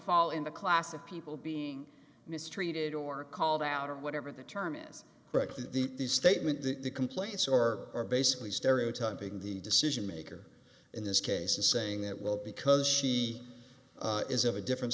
fall in the class of people being mistreated or called out or whatever the term is correctly the statement that the complaints or are basically stereotyping the decision maker in this case is saying that well because she is of a different